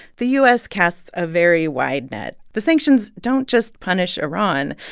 the u s. casts a very wide net. the sanctions don't just punish iran.